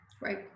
Right